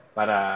para